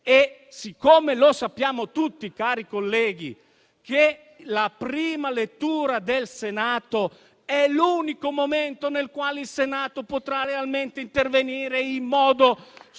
Siccome sappiamo tutti, cari colleghi, che la prima lettura del Senato è l'unico momento nel quale potremo realmente intervenire in modo modificatorio